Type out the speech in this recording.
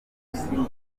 yari